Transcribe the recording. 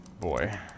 boy